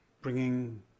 Bringing